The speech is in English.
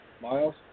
Miles